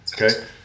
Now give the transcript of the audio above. okay